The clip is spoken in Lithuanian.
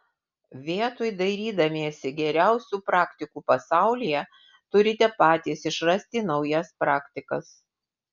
vietoj dairydamiesi geriausių praktikų pasaulyje turite patys išrasti naujas praktikas